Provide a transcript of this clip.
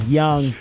young